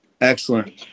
Excellent